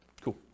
Cool